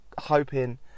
hoping